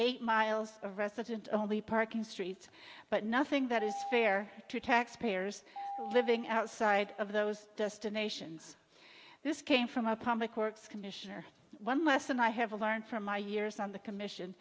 eight miles of resident only parking streets but nothing that is fair to taxpayers living outside of those destinations this came from a public works commissioner one lesson i have learned from my years on the commission